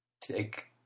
take